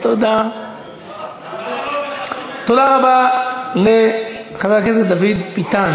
תודה רבה לחבר הכנסת דוד ביטן.